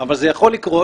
אבל זה יכול לקרות.